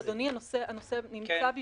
אדוני, הנושא נמצא בבחינה.